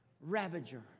ravager